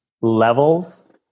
levels